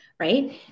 Right